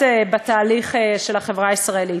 בתהליך של החברה הישראלית.